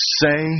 say